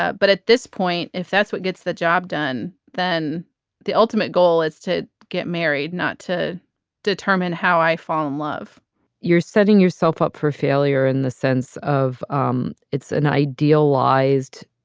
but at this point, if that's what gets the job done, then the ultimate goal is to get married, not to determine how i fall in love you're setting yourself up for failure in the sense of um it's an idealized.